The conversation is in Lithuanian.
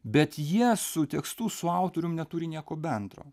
bet jie su tekstu su autorium neturi nieko bendro